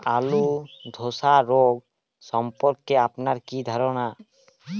আলু ধ্বসা রোগ সম্পর্কে আপনার ধারনা কী?